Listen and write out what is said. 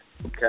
Okay